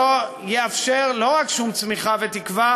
שלא יאפשר לא רק שום צמיחה ותקווה,